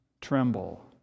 tremble